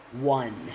one